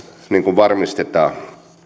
varmistetaan